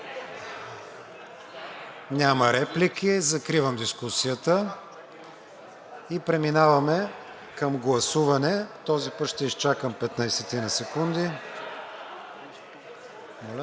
Няма реплики. Закривам дискусията. Преминаваме към гласуване. Този път ще изчакам 15-ина секунди. Моля?